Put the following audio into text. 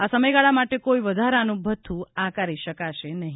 આ સમયગાળા માટે કોઇ વધારાનું ભથ્થુ આકારી શકાશે નહી